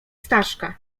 staszka